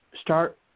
start